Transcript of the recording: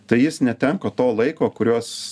tai jis netenka to laiko kurios